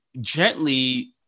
gently